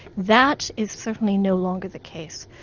that is certainly no longer the case.